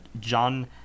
John